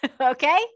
Okay